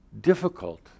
difficult